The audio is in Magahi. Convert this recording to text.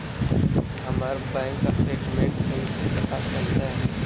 हमर बैंक स्टेटमेंट कैसे पता चलतै?